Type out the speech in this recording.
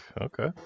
okay